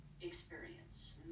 experience